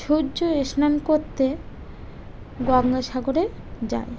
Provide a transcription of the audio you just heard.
সূর্য স্নান করতে গঙ্গা সাগরে যায়